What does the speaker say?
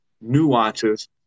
nuances